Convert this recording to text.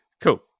Cool